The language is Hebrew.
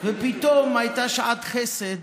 ופתאום הייתה שעת חסד